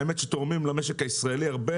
והאמת היא שתורמים למשק הישראלי הרבה